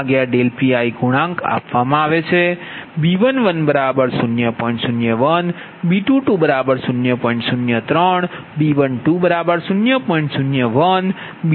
જો કે આ dPLossdPiગુણાંક આપવામાં આવે છે